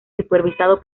supervisado